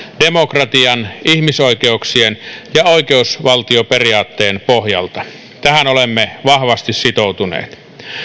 demokratian ihmisoikeuksien ja oikeusvaltioperiaatteen pohjalta tähän olemme vahvasti sitoutuneet